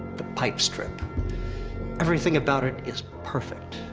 the pipe strip everything about it is perfect.